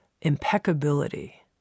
impeccability